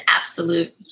absolute